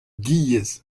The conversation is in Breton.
giez